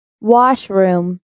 Washroom